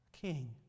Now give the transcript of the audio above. King